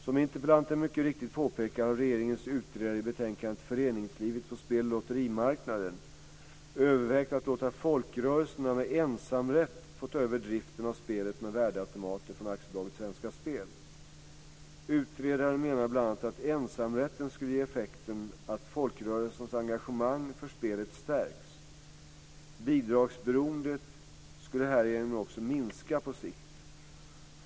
Som interpellanten mycket riktigt påpekar har regeringens utredare i betänkandet Föreningslivet på spel och lotterimarknaden övervägt att låta folkrörelserna med ensamrätt få ta över driften av spelet med värdeautomater från AB Svenska Spel. Utredaren menar bl.a. att ensamrätten skulle ge effekten att folkrörelsernas engagemang för spelet stärks. Bidragsberoendet skulle härigenom också minska på sikt.